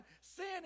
Sin